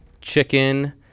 chicken